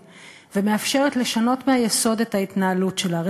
ומאפשרת לשנות מהיסוד את ההתנהלות שלה,